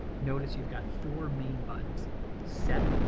notice you've got four main buttons set.